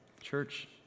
Church